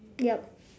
yup